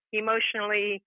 emotionally